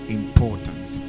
important